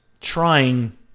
trying